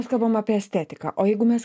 mes kalbam apie estetiką o jeigu mes